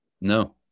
No